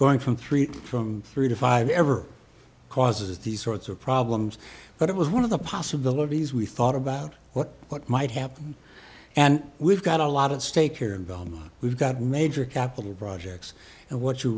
going from three from three to five ever causes these sorts of problems but it was one of the possibilities we thought about what what might happen and we've got a lot at stake here in beaumont we've got major capital projects and what you